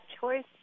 choice